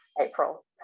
April